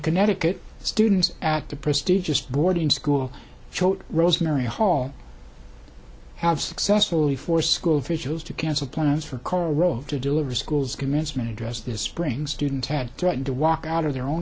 connecticut students at the prestigious boarding school rosemary hall have successfully for school officials to cancel plans for karl rove to deliver schools commencement address this brings students had threatened to walk out of their own